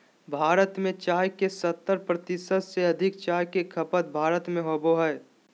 भारत में चाय के सत्तर प्रतिशत से अधिक चाय के खपत भारत में होबो हइ